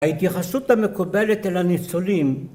‫ההתייחסות המקובלת אל הניצולים...